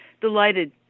delighted